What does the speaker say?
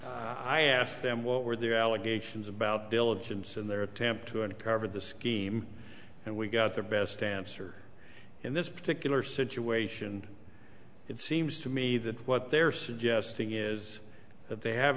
i asked them what were the allegations about diligence in their attempt to uncover the scheme and we got the best answer in this particular situation it seems to me that what they're suggesting is that they have